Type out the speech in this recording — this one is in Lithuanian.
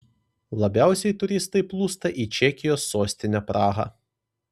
labiausiai turistai plūsta į čekijos sostinę prahą